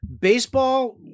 baseball